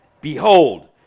Behold